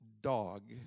dog